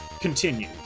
continue